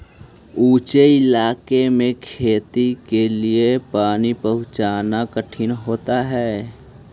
ऊँचे इलाके में खेती के लिए पानी पहुँचाना कठिन होता है